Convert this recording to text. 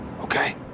Okay